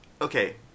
okay